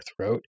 throat